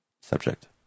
subject